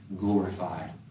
glorified